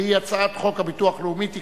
והיא הצעת חוק הביטוח הלאומי (תיקון,